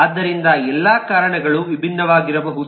ಆದ್ದರಿಂದ ಎಲ್ಲಾ ಕಾರಣಗಳು ವಿಭಿನ್ನವಾಗಿರಬಹುದು